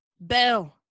Bell